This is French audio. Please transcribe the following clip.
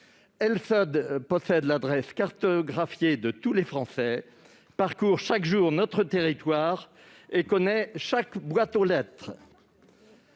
Elle seule possède l'adresse cartographiée de tous les Français, parcourt chaque jour notre territoire et connaît chaque boîte aux lettres.